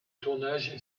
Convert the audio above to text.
tournage